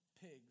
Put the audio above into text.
pigs